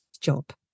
job